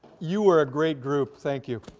you were a great group. thank you.